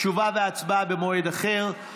תשובה והצבעה במועד אחר.